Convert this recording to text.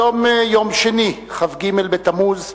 היום יום שני, כ"ג בתמוז התש"ע,